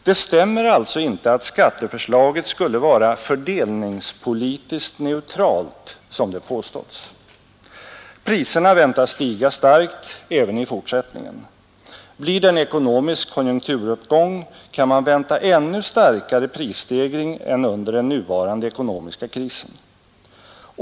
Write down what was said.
Det stämmer alltså inte att skatteförslaget skulle vara ”fördelningspolitiskt neutralt”, som det påståtts. Priserna väntas stiga starkt även i fortsättningen. Blir det en konjunkturuppgång kan man vänta ännu starkare prisstegring än under den nuvarande ekonomiska krisen.